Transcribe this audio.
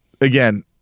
again